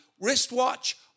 wristwatch